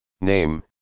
Name